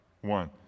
One